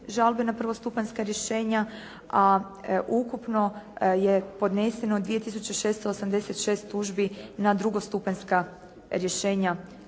žalbe na prvostupanjska rješenja, a ukupno je podneseno 2 686 tužbi na drugostupanjska rješenja